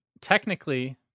technically